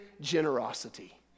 generosity